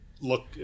look